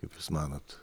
kaip jūs manot